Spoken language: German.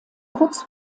kurz